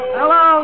Hello